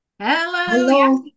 Hello